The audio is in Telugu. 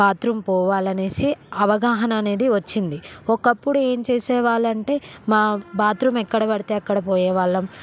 బాత్రుమ్ పోవాలనేసి అవగాహననేది వచ్చింది ఒకప్పుడు ఏం చేసేవాళ్ళంటే మా బాత్రుమ్ ఎక్కడబడితే అక్కడ పోయేవాళ్ళం